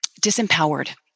disempowered